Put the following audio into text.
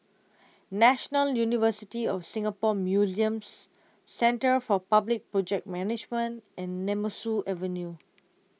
National University of Singapore Museums Centre for Public Project Management and Nemesu Avenue